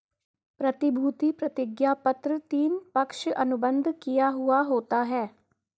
प्रतिभूति प्रतिज्ञापत्र तीन, पक्ष अनुबंध किया हुवा होता है